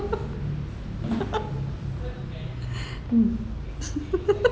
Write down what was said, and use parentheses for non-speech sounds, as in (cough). (laughs) (breath) mm (laughs)